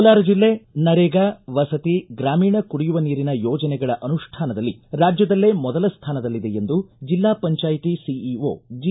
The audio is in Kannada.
ಕೋಲಾರ ಜಿಲ್ಲೆ ನರೇಗಾ ವಸತಿ ಗ್ರಾಮೀಣ ಕುಡಿಯುವ ನೀರಿನ ಯೋಜನೆಗಳ ಅನುಷ್ಠಾನದಲ್ಲಿ ರಾಜ್ಯದಲ್ಲೇ ಮೊದಲ ಸ್ಟಾನದಲ್ಲಿದೆ ಎಂದು ಜಿಲ್ಲಾ ಪಂಚಾಯ್ತಿ ಸಿಇಓ ಜಿ